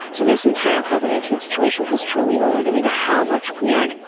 so this entire covid nineteen situation has truly alerted me to how much weird,